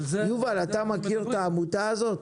יובל אתה מכיר את העמותה הזאת?